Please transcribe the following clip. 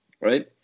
right